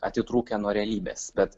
atitrūkę nuo realybės bet